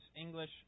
English